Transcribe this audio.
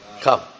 come